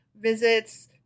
visits